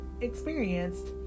experienced